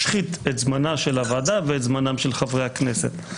משחית את זמן הוועדה ואת זמן חברי הכנסת.